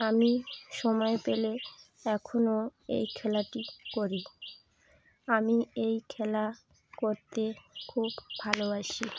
আমি সময় পেলে এখনো এই খেলাটি করি আমি এই খেলা করতে খুব ভালোবাসি